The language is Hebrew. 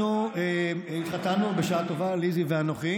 אנחנו התחתנו בשעה טובה, ליזי ואנוכי,